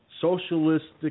socialistic